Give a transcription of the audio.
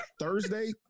Thursday